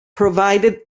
provided